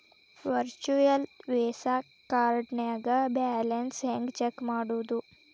Virtual Visa ಕಾರ್ಡ್ನ್ಯಾಗ balance ಹೆಂಗ check ಮಾಡುದು?